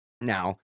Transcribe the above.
Now